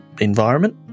environment